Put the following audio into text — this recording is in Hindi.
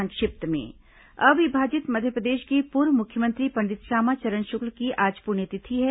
संक्षिप्त समाचार अविभाजित मध्यप्रदेश के पूर्व मुख्यमंत्री पंडित श्यामाचरण शुक्ल की आज पृण्यतिथि है